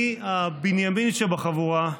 אני, הבנימין שבחבורה,